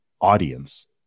audience